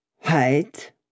height